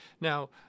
Now